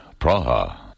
Praha